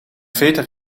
veter